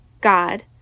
God